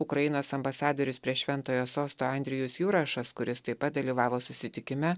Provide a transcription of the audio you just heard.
ukrainos ambasadorius prie šventojo sosto andrejus jurašas kuris taip pat dalyvavo susitikime